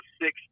six